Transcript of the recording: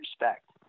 respect